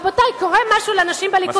רבותי, קורה משהו לנשים בליכוד.